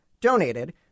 donated